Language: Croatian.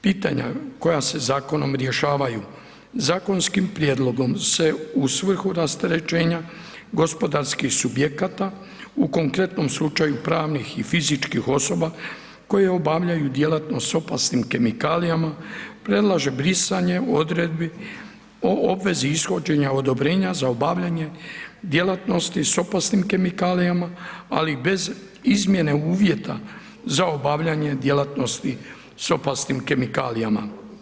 Pitanja koja se zakonom rješavaju, zakonskim prijedlogom se u svrhu rasterećenja gospodarskih subjekata, u konkretnom slučaju pravnih i fizičkih osoba koje obavljaju djelatnost s opasnim kemikalijama, predlaže brisanje Odredbi o obvezi ishođenja odobrenja za obavljanje djelatnosti s opasnim kemikalijama, ali bez izmjene uvjeta za obavljanje djelatnosti s opasnim kemikalijama.